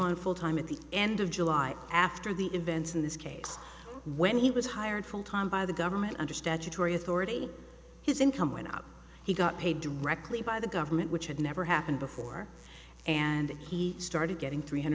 on full time at the end of july after the events in this case when he was hired full time by the government under statutory authority his income went out he got paid directly by the government which had never happened before and he started getting three